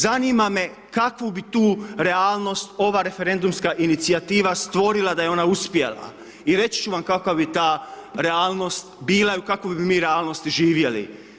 Zanima me kakvu bi tu realnost ova referendumska inicijativa stvorila da je ona uspjela i reći ću vam kakva bi ta realnost bila i u kakvoj bi mi realnosti živjeli.